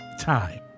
time